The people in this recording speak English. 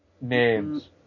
names